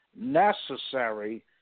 necessary